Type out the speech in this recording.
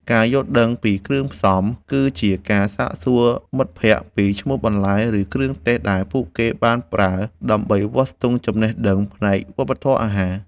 ការយល់ដឹងពីគ្រឿងផ្សំ គឺជាការសាកសួរមិត្តភក្តិពីឈ្មោះបន្លែ ឬគ្រឿងទេសដែលពួកគេបានប្រើ ដើម្បីវាស់ស្ទង់ចំណេះដឹងផ្នែកវប្បធម៌អាហារ។